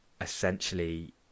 essentially